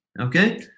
okay